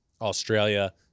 Australia